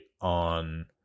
on